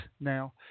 now